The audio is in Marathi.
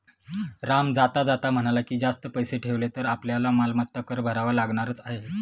राम जाता जाता म्हणाला की, जास्त पैसे ठेवले तर आपल्याला मालमत्ता कर भरावा लागणारच आहे